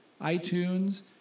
iTunes